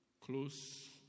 close